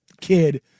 kid